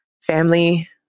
family